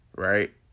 Right